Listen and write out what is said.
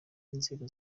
inzego